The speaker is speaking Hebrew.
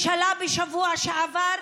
בשבוע שעבר